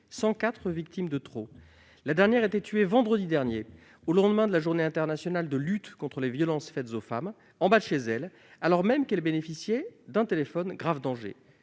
104 victimes de trop. La dernière d'entre elles a été tuée vendredi dernier, au lendemain de la journée internationale de lutte contre les violences faites aux femmes, en bas de chez elle, alors même qu'elle bénéficiait d'un téléphone grave danger.